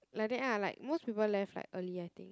like that ah like most people left like early I think